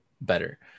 better